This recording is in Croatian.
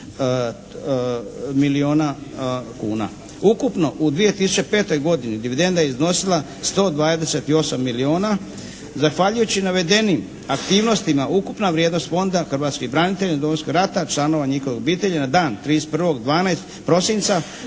Ukupno u 2005. godini dividenda je iznosila 128 milijuna. Zahvaljujući navedenim aktivnostima ukupna vrijednost fonda hrvatskih branitelja iz Domovinskog rata članova njihovih obitelji na dan 31.